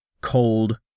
Cold